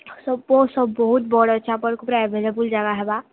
ସବୁ ସବୁ ପୁରା ଏଭେଲେବୁଲ୍ ଜାଗା ହେବା